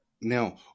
Now